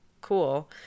cool